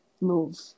move